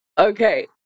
Okay